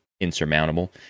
insurmountable